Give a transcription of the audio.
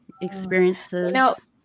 experiences